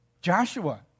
Joshua